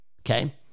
okay